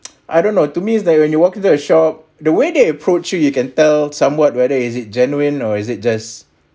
I don't know to me is that when you walk into a shop the way they approach you you can tell somewhat whether is it genuine or is it just